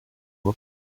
look